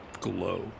glow